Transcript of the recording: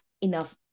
enough